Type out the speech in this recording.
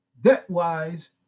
debt-wise